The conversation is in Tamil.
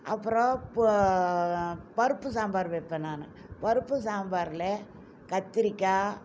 அப்புறம் பருப்பு சாம்பார் வைப்பேன் நான் பருப்பு சாம்பாரில் கத்திரிக்காய்